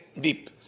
deep